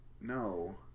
No